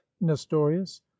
nestorius